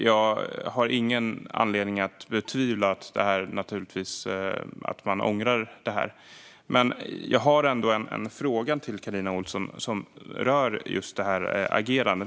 Jag har ingen anledning att betvivla att de ångrar det här, men jag har ändå en fråga till Carina Ohlsson som rör just detta agerande.